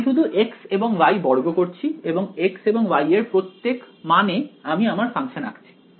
আমি শুধু x এবং y বর্গ করছি এবং x এবং y এর প্রত্যেক মান এ আমি আমার ফাংশন আঁকছি